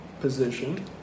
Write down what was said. position